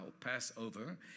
Passover